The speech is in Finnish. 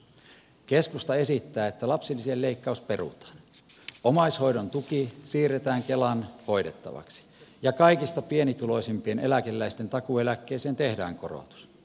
keskusta esittää että lapsilisien leikkaus perutaan omaishoidon tuki siirretään kelan hoidettavaksi ja kaikista pienituloisimpien eläkeläisten takuueläkkeeseen tehdään korotus